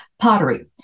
Pottery